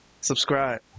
subscribe